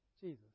Jesus